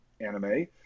anime